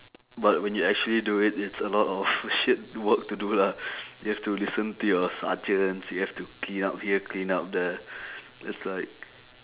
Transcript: but when you actually do it it's a lot of shit work to do lah you have to listen to your sergeants you have to clean up here clean up there it's like